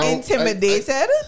Intimidated